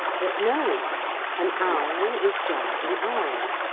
but no an owl is just an owl.